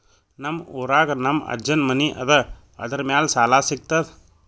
ನಮ್ ಊರಾಗ ನಮ್ ಅಜ್ಜನ್ ಮನಿ ಅದ, ಅದರ ಮ್ಯಾಲ ಸಾಲಾ ಸಿಗ್ತದ?